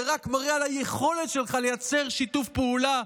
זה רק מראה את היכולת שלך לייצר שיתוף פעולה,